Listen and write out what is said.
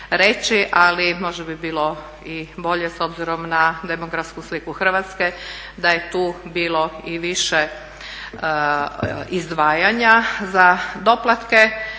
ali možda bi bilo i bolje s obzirom na demografsku sliku Hrvatske da je tu bilo i više izdvajanja za doplatke.